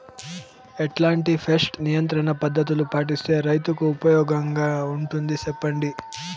ఎట్లాంటి పెస్ట్ నియంత్రణ పద్ధతులు పాటిస్తే, రైతుకు ఉపయోగంగా ఉంటుంది సెప్పండి?